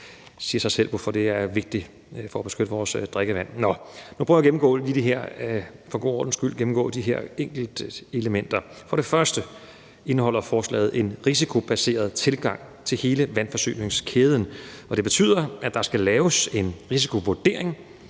siger sig selv, hvorfor det er vigtigt at gøre for at beskytte vores drikkevand. Nu prøver jeg lige for en god ordens skyld at gennemgå de her de enkelte elementer. For det første indeholder forslaget en risikobaseret tilgang til hele vandforsyningskæden, og det betyder, at der skal laves en risikovurdering